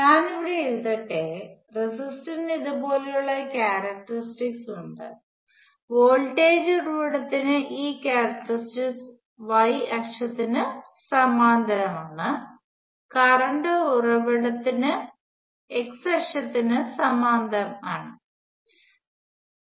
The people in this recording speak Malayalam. ഞാൻ ഇവിടെ എഴുതട്ടെ റെസിസ്റ്ററിന് ഇതുപോലുള്ള ഒരു ക്യാരക്ടറിസ്റ്റിക്സ് ഉണ്ട് വോൾട്ടേജ് ഉറവിടത്തിന് ഈ ക്യാരക്ടറിസ്റ്റിക്സ് y അക്ഷത്തിന് സമാന്തരമാണ് കറണ്ട് ഉറവിടത്തിന് x അക്ഷത്തിന് സമാന്തര ക്യാരക്ടറിസ്റ്റിക്സ് ഉണ്ട്